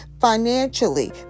financially